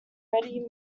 ready